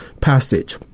passage